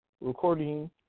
recording